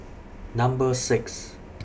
Number six